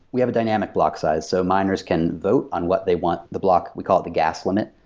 we have a dynamic block size. so miners can vote on what they want the block we call it the gas limit,